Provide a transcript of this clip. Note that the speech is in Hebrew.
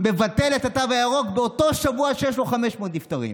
מבטל את התו הירוק באותו שבוע שיש לו 500 נפטרים.